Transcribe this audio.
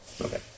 Okay